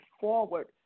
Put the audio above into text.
forward